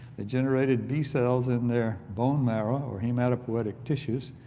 ah generated bcells in their bone marrow or hematopoietic tissues,